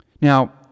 Now